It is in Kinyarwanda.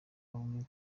bamwe